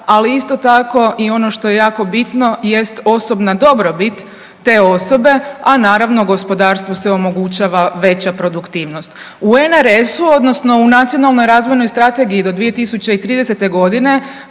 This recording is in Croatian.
ali isto tako i ono što je jako bitno jest osobna dobrobit te osobe, a naravno gospodarstvu se omogućava veća produktivnost. U UNRS-u, odnosno Nacionalnoj razvojnoj strategiji do 2030. godine